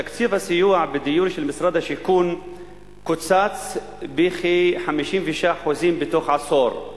תקציב הסיוע בדיור של משרד השיכון קוצץ בכ-56% בתוך עשור.